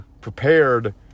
prepared